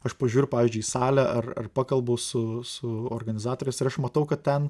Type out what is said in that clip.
aš pažiūriu pavyzdžiui į salę ar ar pakalbu su su organizatoriais ir aš matau kad ten